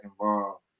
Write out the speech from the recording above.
involved